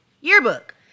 yearbook